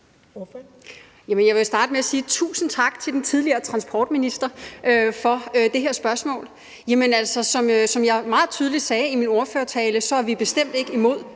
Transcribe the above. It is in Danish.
jeg vil starte med at sige tusind tak til den tidligere transportminister for det her spørgsmål. Altså, som jeg meget tydeligt sagde i min ordførertale, er vi bestemt ikke imod